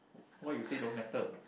what you say don't matter